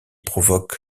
provoque